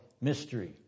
mystery